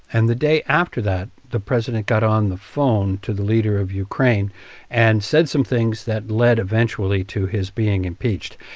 and the day after that, the president got on the phone to the leader of ukraine and said some things that led, eventually, to his being impeached.